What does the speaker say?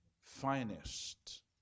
finest